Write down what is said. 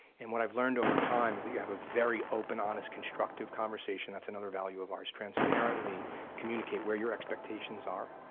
and what i've learned over time is that you have a very open, honest constructive conversation, that's another value of ours, transparently communicate where your expectations are,